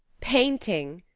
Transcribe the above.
painting!